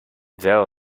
there